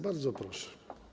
Bardzo proszę.